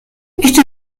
este